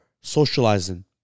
socializing